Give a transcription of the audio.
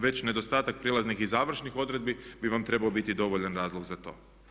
Već nedostatak prijelaznih i završnih odredbi bi vam trebao biti dovoljan razlog za to.